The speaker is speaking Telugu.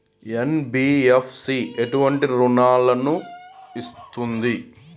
ఎన్.బి.ఎఫ్.సి ఎటువంటి రుణాలను ఇస్తుంది?